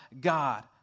God